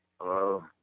Hello